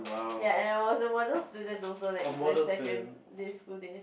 ya and I was the model student also like in my secondary school days